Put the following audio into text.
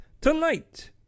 Tonight